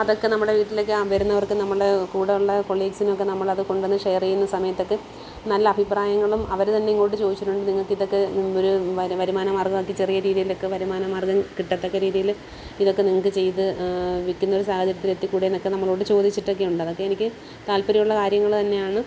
അതൊക്കെ നമ്മുടെ വീട്ടിലൊക്കെ ആ വരുന്നവർക്കും നമ്മുടെ കൂടെയുള്ള കൊളീഗ്സിനൊക്കെ നമ്മളത് കൊണ്ടുവന്നു ഷെയർ ചെയ്യുന്ന സമയത്തൊക്കെ നല്ല അഭിപ്രായങ്ങളും അവ തന്നെ ഇങ്ങോട്ട് ചോദിച്ചിട്ടുണ്ട് നിങ്ങൾക്കിതൊക്കെ ഒരു വരുമാനമാർഗമാക്കി ചെറിയ രീതിയിലൊക്കെ വരുമാനമാർഗം കിട്ടത്തക്ക രീതിയിൽ ഇതൊക്കെ നിങ്ങൾക്ക് ചെയ്ത് വെക്കുന്നൊരു സാഹചര്യത്തിൽ എത്തിക്കൂടെ എന്നൊക്കെ നമ്മളോട് ചോദിച്ചിട്ടൊക്കെ ഉണ്ട് അതൊക്കെ എനിക്ക് താല്പര്യമുള്ള കാര്യങ്ങൾ തന്നെയാണ്